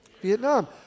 Vietnam